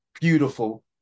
beautiful